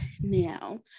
now